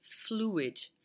fluid